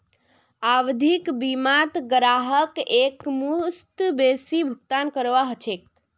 आवधिक बीमात ग्राहकक एकमुश्त बेसी भुगतान करवा ह छेक